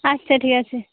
আচ্ছা ঠিক আছে